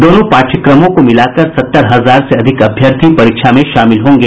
दोनों पाठ्यक्रमों को मिलाकर सत्तर हजार से अधिक अभ्यर्थी परीक्षा में शामिल होगें